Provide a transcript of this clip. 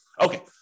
okay